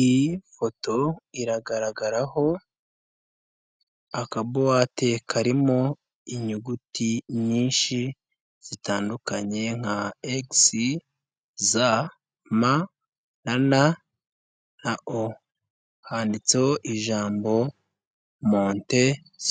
Iyi foto iragaragaraho akabuwate karimo inyuguti nyinshi zitandukanye, nka x, m, n, na o , handitseho ijambo monte